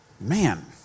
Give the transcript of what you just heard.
Man